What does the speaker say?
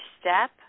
step